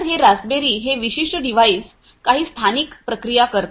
तर हे रास्पबेरी हे विशिष्ट डिव्हाइस काही स्थानिक प्रक्रिया करते